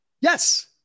Yes